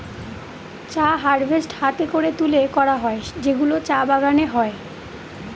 চা হারভেস্ট হাতে করে তুলে করা হয় যেগুলো চা বাগানে হয়